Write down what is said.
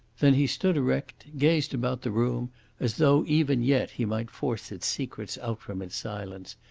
then he stood erect, gazed about the room as though even yet he might force its secrets out from its silence,